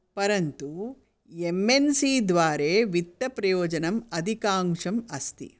परन्तु M N C द्वारे वित्तप्रयोजनम् अधिकाङ्क्षम् अस्ति